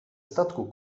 statku